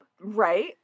Right